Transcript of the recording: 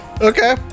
Okay